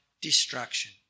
destruction